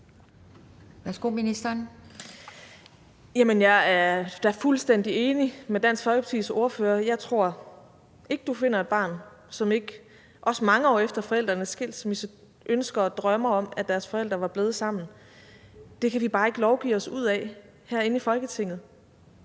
Jeg er da fuldstændig enig med Dansk Folkepartis ordfører. Jeg tror ikke, du finder et barn, som ikke også mange år efter forældrenes skilsmisse ønsker og drømmer om, at deres forældre var blevet sammen. Det kan vi bare ikke lovgive os ud af herinde i Folketinget,